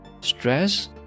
stress